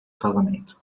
casamento